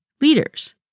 leaders